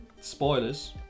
Spoilers